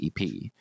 EP